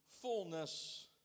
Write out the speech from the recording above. fullness